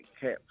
caps